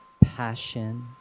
passion